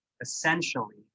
essentially